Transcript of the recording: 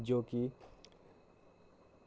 जो की